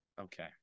Okay